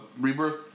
Rebirth